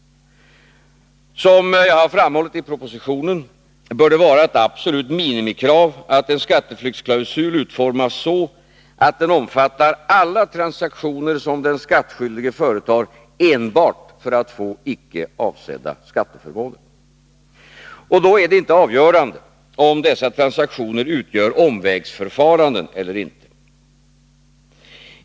Som jag framhållit i propositionen bör det vara ett absolut minimikrav att en skatteflyktsklausul utformas så att den omfattar alla transaktioner som den skattskyldige företar enbart för att få icke avsedda skatteförmåner. Då är det inte avgörande om dessa transaktioner utgör ”omvägsförfarande” eller inte.